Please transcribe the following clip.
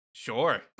Sure